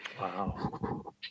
Wow